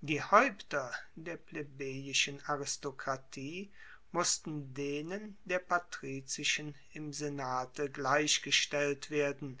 die haeupter der plebejischen aristokratie mussten denen der patrizischen im senate gleichgestellt werden